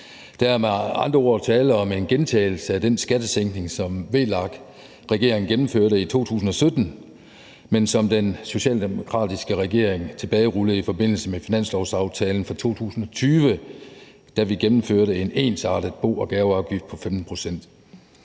Der er med andre ord tale om en gentagelse af den skattesænkning, som VLAK-regeringen gennemførte i 2017, men som den socialdemokratiske regering tilbagerullede i forbindelse med finanslovsaftalen for 2020, da vi gennemførte en ensartet bo- og gaveafgift på 15 pct.